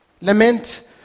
Lament